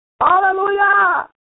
Hallelujah